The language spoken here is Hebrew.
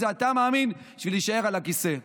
כל מה שאתה מאמין בו בשביל להישאר על הכיסא.